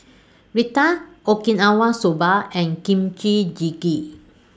Raita Okinawa Soba and Kimchi Jjigae